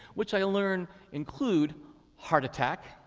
which i learned include heart attack,